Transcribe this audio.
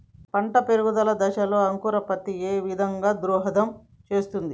పంట పెరుగుదల దశలో అంకురోత్ఫత్తి ఏ విధంగా దోహదం చేస్తుంది?